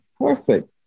perfect